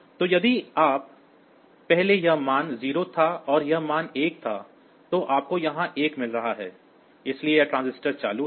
तो यदि पहले यह मान 0 था और यह मान 1 था तो आपको यहां 1 मिल रहा है इसलिए यह ट्रांजिस्टर चालू है